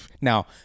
Now